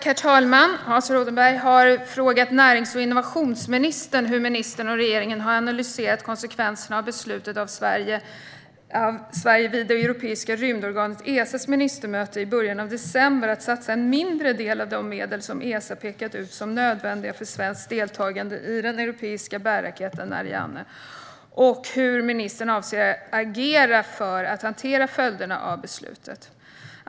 Herr talman! Hans Rothenberg har frågat närings och innovationsministern hur ministern och regeringen har analyserat konsekvenserna av Sveriges beslut vid det europeiska rymdorganet Esas ministermöte i början av december om att satsa en mindre del av de medel som Esa pekat ut som nödvändiga för svenskt deltagande i den europeiska bärraketen Ariane, och hur ministern avser att agera för att hantera följderna av beslutet.